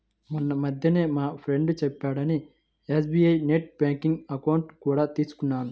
మొన్నీమధ్యనే మా ఫ్రెండు చెప్పాడని ఎస్.బీ.ఐ నెట్ బ్యాంకింగ్ అకౌంట్ కూడా తీసుకున్నాను